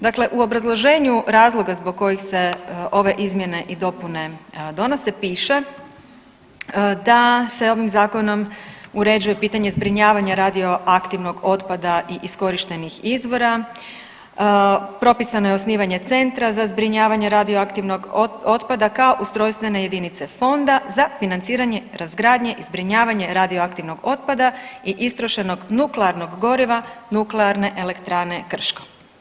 Dakle, u obrazloženju razloga zbog kojih se ove izmjene i dopune donose piše da se ovim zakonom uređuje pitanje zbrinjavanja radioaktivnog otpada iz iskorištenih izvora, propisano je osnivanje Centra za zbrinjavanje radioaktivnog otpada kao ustrojstvene jedinice Fonda za financiranje razgradnje i zbrinjavanje radioaktivnog otpada i istrošenog nuklearnog goriva nuklearne elektrane Krško.